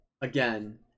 again